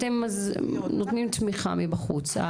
אתם אז נותנים תמיכה מבחוץ.